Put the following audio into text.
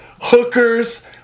hookers